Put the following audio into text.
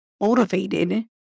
motivated